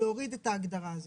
להוריד את ההגדרה הזאת?